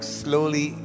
slowly